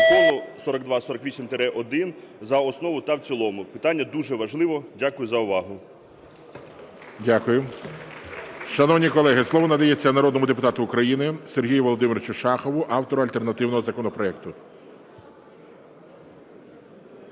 Дякую за увагу.